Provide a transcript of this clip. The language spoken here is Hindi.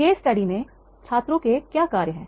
केस स्टडी में छात्रों के क्या कार्य हैं